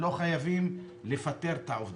לא חייבים לפטר את העובדים,